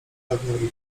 pewną